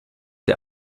der